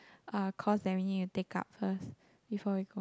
uh course that we need to take up first before we go